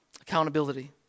accountability